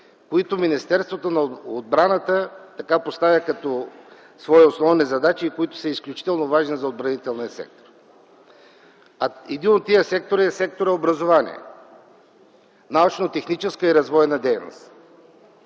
които Министерството на отбраната поставя като свои основни задачи и които са изключително важни за отбранителния ефект. Един от тия сектори е секторът „Образование” - „Научно-техническа и развойна дейност”.